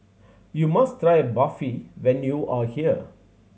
you must try Barfi when you are here